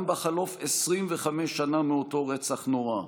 גם בחלוף 25 שנה מאותו רצח נורא,